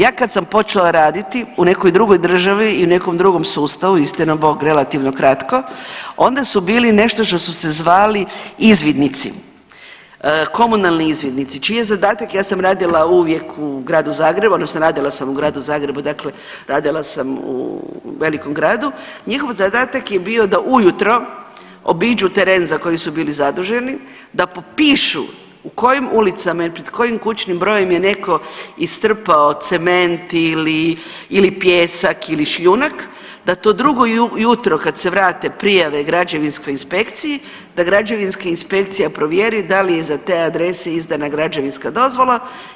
Ja kada sam počela raditi u nekoj drugoj državi i u nekom drugom sustavu istina Bog relativno kratko onda su bili nešto što su se zvali izvidnici, komunalni izvidnici čiji je zadatak, ja sam radila uvijek u Gradu Zagrebu odnosno radila sam u Gradu Zagrebu dakle radila sam u velikom gradu; njihov zadatak je bio da ujutro obiđu teren za koji su bili zaduženi, da popišu u kojim ulicama i pred kojim kućnim brojem je netko istrpao cement ili pijesak, ili šljunak da to drugo jutro kada se vrate prijave građevinskoj inspekciji da građevinska inspekcija provjeri da li je za te adrese izdana građevinska dozvola.